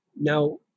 now